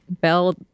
Bell